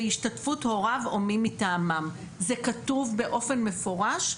בהשתתפות הוריו או מי מטעמם, זה כתוב באופן מפורש,